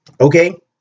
Okay